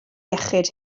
iechyd